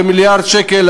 כמיליארד שקל,